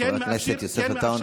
חבר הכנסת יוסף עטאונה.